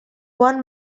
one